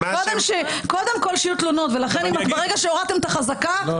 ברגע שהורדתם את החזקה -- טלי,